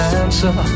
answer